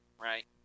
Right